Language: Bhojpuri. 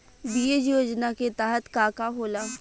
बीज योजना के तहत का का होला?